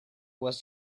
was